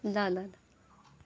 ल ल